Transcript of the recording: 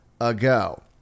ago